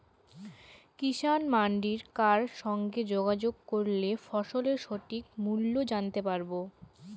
কিষান মান্ডির কার সঙ্গে যোগাযোগ করলে ফসলের সঠিক মূল্য জানতে পারবো?